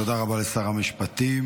תודה רבה לשר המשפטים.